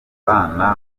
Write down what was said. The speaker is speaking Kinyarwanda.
bana